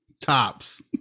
tops